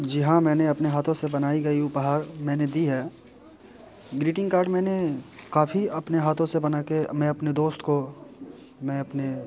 जी हाँ मैंने अपने हाथों से बनाए गए उपहार मैंने दिए हैं ग्रीटिंग कार्ड मैंने काफ़ी अपने हाथों से बना के मैं अपने दोस्त को मैं अपने